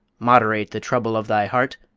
moderate the trouble of thy heart,